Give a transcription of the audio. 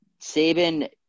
Saban